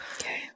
Okay